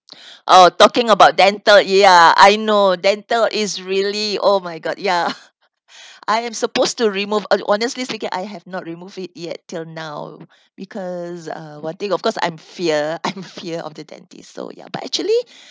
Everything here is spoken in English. oh talking about dental ya I know dental is really oh my god ya I am supposed to remove uh honestly speaking I have not removed it yet till now because uh one thing of course I'm fear I'm fear of the dentist so ya but actually